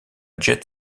jet